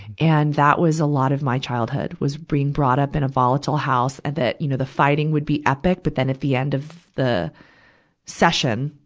and that was a lot of my childhood, was being brought up in a volatile house and that, you know, the fighting would be epic. but at the end of the session,